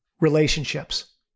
relationships